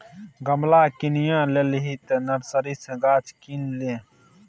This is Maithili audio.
गमला किनिये लेलही तँ नर्सरी सँ गाछो किन ले